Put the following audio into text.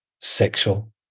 sexual